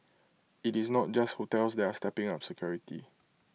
IT is not just hotels that are stepping up security